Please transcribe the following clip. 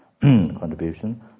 contribution